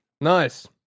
Nice